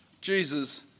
Jesus